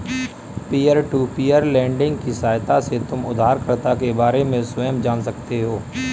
peer to peer lending की सहायता से तुम उधारकर्ता के बारे में स्वयं जान सकते हो